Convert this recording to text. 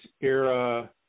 era